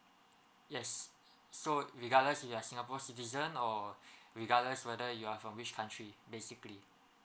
yes so regardless you are singapore citizen or regardless whether you are from which country basically